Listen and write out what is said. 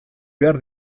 behar